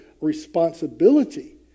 responsibility